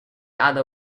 other